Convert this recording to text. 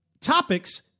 topics